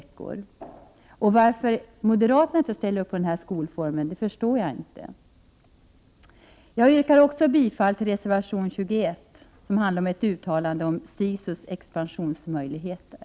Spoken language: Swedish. Jag förstår inte varför moderaterna inte ställer upp på den här skolformen. Jag yrkar även bifall till reservation 21, som handlar om ett uttalande om SISU:s expansionsmöjligheter.